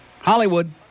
Hollywood